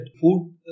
food